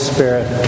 Spirit